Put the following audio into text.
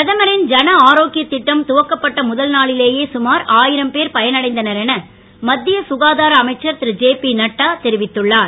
பிரதமரின் தனஆரோக்கிய திட்டம் துவக்கப்பட்ட முதல் நாளிலேயே சுமார் ஆயிரம் பேர் பயனடைந்தனர் என மத்திய சுகாதார அமைச்சர் நிருஜேயிநட்டா தெரிவித்துள்ளார்